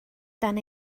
dan